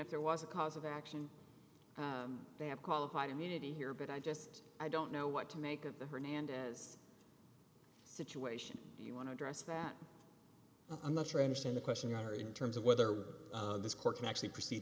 if there was a cause of action they have qualified immunity here but i just i don't know what to make of the hernandez situation you want to address that i'm not sure i understand the question your honor in terms of whether this court can actually proceed